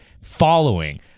following